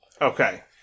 Okay